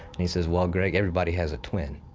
and he says, well, greg, everybody has a twin.